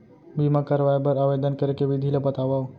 बीमा करवाय बर आवेदन करे के विधि ल बतावव?